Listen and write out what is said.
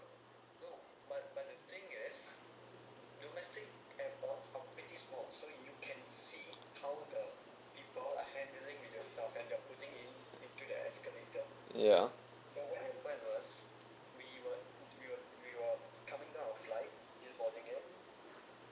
yeah